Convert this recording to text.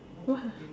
what ah